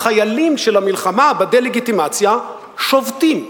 החיילים של המלחמה בדה-לגיטימציה שובתים.